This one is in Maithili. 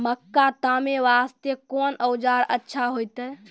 मक्का तामे वास्ते कोंन औजार अच्छा होइतै?